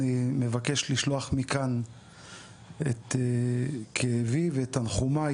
אני מבקש לשלוח מכאן את כאבי ואת תנחומי